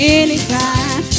anytime